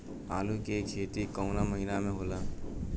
आलू के खेती कवना महीना में होला?